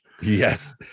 Yes